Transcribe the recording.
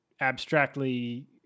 abstractly